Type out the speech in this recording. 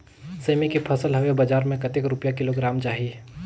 सेमी के फसल हवे बजार मे कतेक रुपिया किलोग्राम जाही?